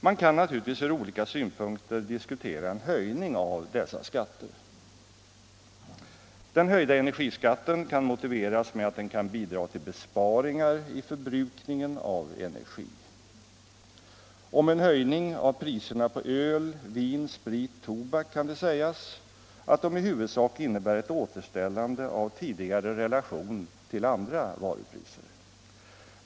Man kan naturligtvis från olika synpunkter diskutera en höjning av dessa skatter. Den höjda energiskatten kan motiveras med att den kan bidra till besparingar i förbrukningen av energi. Om en höjning av priserna på öl, vin, sprit och tobak kan det sägas att den i huvudsak innebär ett återställande av tidigare relation till andra varupriser.